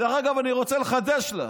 דרך אגב, אני רוצה לחדש לך: